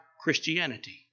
Christianity